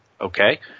okay